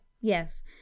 Yes